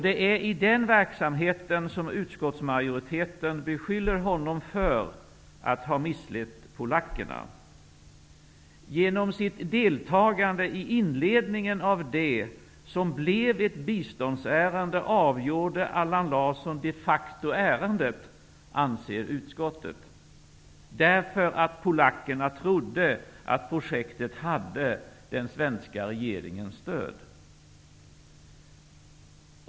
Det är i den verksamheten som utskottsmajoriteten beskyller honom för att ha misslett polackerna. Genom sitt deltagande i inledningen av det som blev ett biståndsärende avgjorde Allan Larsson de facto ärendet, anser utskottet, eftersom polackerna trodde att projektet hade den svenska regeringens stöd.